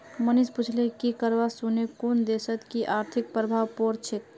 मनीष पूछले कि करवा सने कुन देशत कि आर्थिक प्रभाव पोर छेक